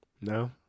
no